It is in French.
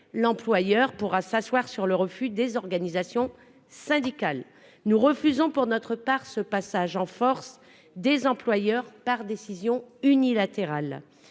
l'employeur pourra s'asseoir sur le refus des organisations syndicales. Nous refusons pour notre part ce passage en force des employeurs par décision unilatérale.